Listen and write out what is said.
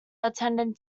attended